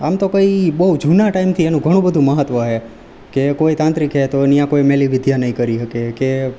આમ તો કંઈ બહુ જૂના ટાઈમથી એનું ઘણું બધું મહત્ત્વ છે કે કોઈ તાંત્રિક છે તો ત્યાં કોઈ મેલી વિદ્યા નહીં કરી શકે કે